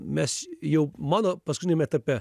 mes jau mano paskutiniam etape